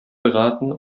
beraten